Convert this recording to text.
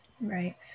Right